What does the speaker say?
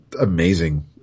amazing